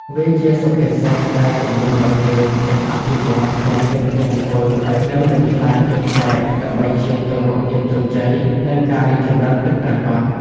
វាជាសុភាសិតដែលជំរុញឱ្យយើងចេះអភិវឌ្ឍខ្លួន ហ៊ានគិត ហ៊ានធ្វើ និងមិនខ្លាចភាពប្លែក ដើម្បីឈានទៅរកភាពជោគជ័យ និងការរីកចម្រើនពិតប្រាកដ។